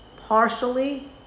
partially